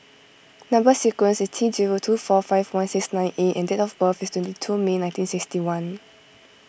Number Sequence is T zero two four five one six nine A and date of birth is twenty two May nineteen sixty one